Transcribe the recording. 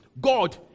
God